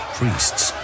priests